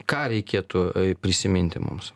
ką reikėtų prisiminti mums